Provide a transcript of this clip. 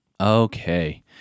Okay